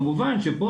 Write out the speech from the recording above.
כמובן שפה,